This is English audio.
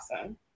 awesome